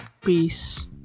Peace